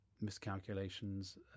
miscalculations